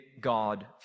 God